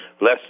Less